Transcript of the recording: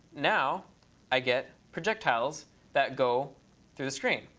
now i get projectiles that go through the screen.